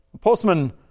Postman